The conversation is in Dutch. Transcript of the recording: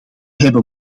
hebben